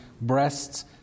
breasts